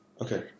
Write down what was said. Okay